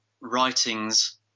writings